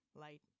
light